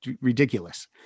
ridiculous